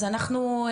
אז אנחנו,